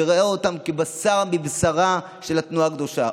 וראה בהם כבשר מבשרה של התנועה הקדושה.